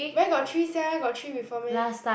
where got three sia got three before meh